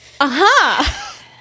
Aha